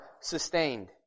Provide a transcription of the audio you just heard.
sustained